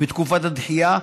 בתקופת הדחייה,